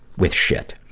with shit.